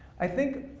i think